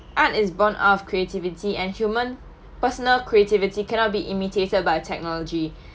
art is born of creativity and human personal creativity cannot be imitated by technology